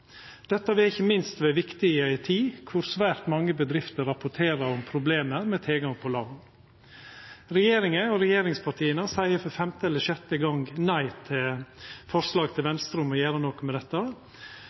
Dette vil ikkje minst vera viktig i ei tid då svært mange bedrifter rapporterer om problem med tilgang på lån. Regjeringa og regjeringspartia seier for femte eller sjette gong nei til Venstres forslag